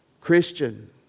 Christian